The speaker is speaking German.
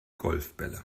golfbälle